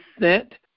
sent